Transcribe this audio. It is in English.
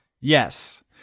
Yes